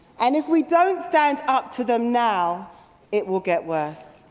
and if we don't stand up to them now it will get worse.